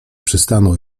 przystanął